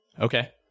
Okay